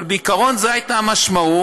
אבל בעיקרון זו הייתה המשמעות,